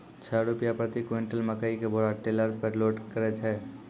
छह रु प्रति क्विंटल मकई के बोरा टेलर पे लोड करे छैय?